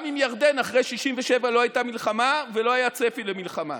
גם עם ירדן אחרי 67' לא הייתה מלחמה ולא היה צפי למלחמה.